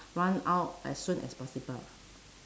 run out as soon as possible